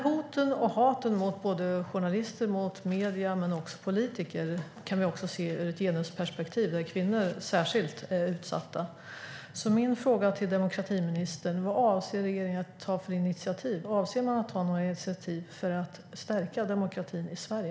Hoten och hatet mot såväl journalister och medier som politiker kan vi även se ur ett genusperspektiv, där kvinnor är särskilt utsatta. Min fråga till demokratiministern är vad regeringen avser att ta för initiativ. Avser man att ta några initiativ för att stärka demokratin i Sverige?